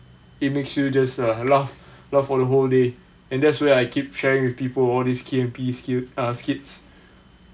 it makes you just uh laugh laugh for the whole day and that's where I keep sharing with people all these K and P skill uh skits